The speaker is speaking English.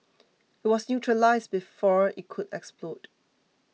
it was neutralised before it could explode